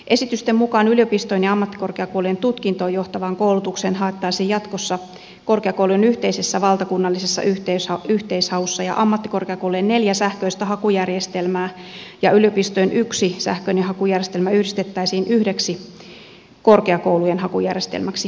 esitysten mukaan yliopistojen ja ammattikorkeakoulujen tutkintoon johtavaan koulutukseen haettaisiin jatkossa korkeakoulujen yhteisessä valtakunnallisessa yhteishaussa ja ammattikorkeakoulujen neljä sähköistä hakujärjestelmää ja yliopistojen yksi sähköinen hakujärjestelmä yhdistettäisiin yhdeksi korkeakoulujen hakujärjestelmäksi